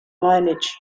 lineage